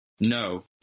No